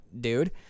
dude